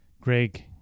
Greg